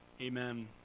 amen